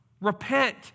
Repent